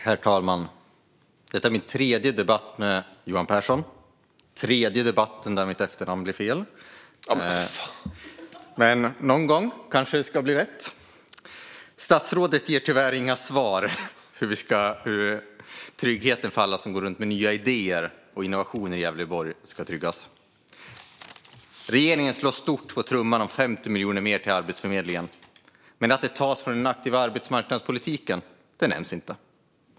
Herr talman! Detta är min tredje debatt med Johan Pehrson, och det är tredje debatten där mitt efternamn blir fel. Men någon gång kanske det blir rätt. Statsrådet ger tyvärr inga svar på hur man ska ge trygghet till alla som går runt med nya idéer och innovationer i Gävleborg. Regeringen slår på stora trumman om 50 miljoner kronor mer till Arbetsförmedlingen. Men att de tas från den aktiva arbetsmarknadspolitiken nämns inte.